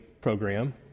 program